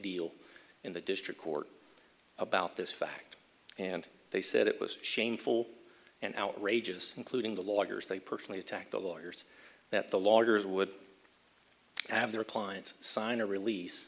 deal in the district court about this fact and they said it was shameful and outrageous including the lawyers they personally attacked the lawyers that the lawyers would have their clients sign a release